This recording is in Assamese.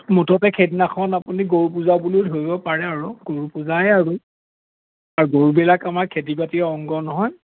মুঠতে সেইদিনাখন আপুনি গৰু পূজা বুলি ধৰিব পাৰে আৰু গৰু পূজাই আৰু আৰু গৰুবিলাক আমাৰ খেতি বাতিৰ অংগ নহয়